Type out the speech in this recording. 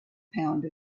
pound